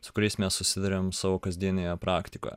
su kuriais mes susiduriam savo kasdienėje praktikoje